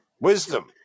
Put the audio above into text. Wisdom